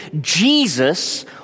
Jesus